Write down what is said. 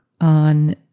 on